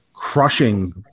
crushing